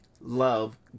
love